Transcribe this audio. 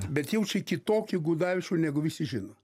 bet jau čia kitokį gudavičių negu visi žino